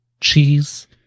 cheese